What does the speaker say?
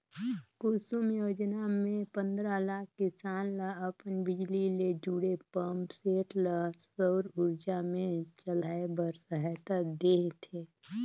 कुसुम योजना मे पंदरा लाख किसान ल अपन बिजली ले जुड़े पंप सेट ल सउर उरजा मे चलाए बर सहायता देह थे